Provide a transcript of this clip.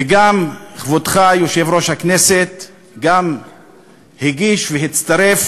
וגם כבודך, יושב-ראש הכנסת גם הגיש, הצטרף